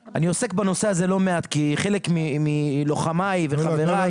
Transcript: אני עוסק בנושא הזה לא מעט כי חלק מלוחמיי וחבריי